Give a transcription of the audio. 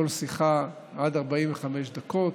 כל שיחה עד 45 דקות.